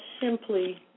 simply